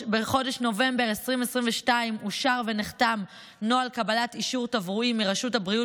בחודש נובמבר 2022 אושר ונחתם נוהל קבלת אישור תברואי מרשות הבריאות